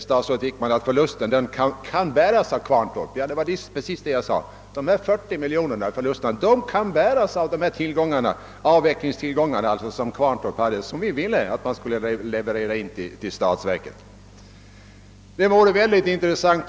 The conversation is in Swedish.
Statsrådet Wickman sade att förlusten kan bäras av Kvarntorp. Ja, det är ungefär vad jag sade; förlusten på 40 miljoner kan bäras av Kvarntorps avvecklingstillgångar, som vi ville att man i stället skulle leverera in till statsverket 1965.